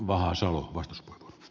arvoisa puhemies